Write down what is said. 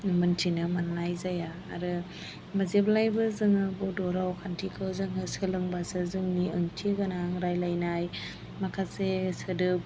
मोन्थिनो मोननाय जाया आरो जेब्लायबो जोङो बर' रावखान्थिखौ जोङो सोलोंबासो जोंनि ओंथिगोनां रायज्लायनाय माखासे सोदोब